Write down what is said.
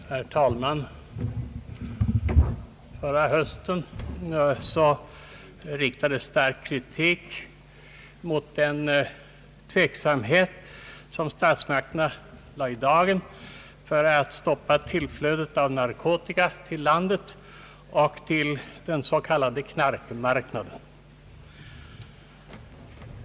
Herr talman! Förra hösten riktades stark kritik mot den tveksamhet som statsmakterna lade i dagen när det gällde att stoppa tillflödet av narkotika till landet och till den s.k. knarkmarknaden.